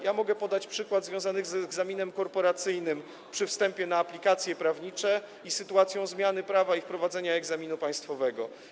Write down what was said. Ja mogę podać przykład związany z egzaminem korporacyjnym przy wstępie na aplikacje prawnicze, z sytuacją zmiany prawa i wprowadzeniem egzaminu państwowego.